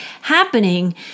happening